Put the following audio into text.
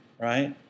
right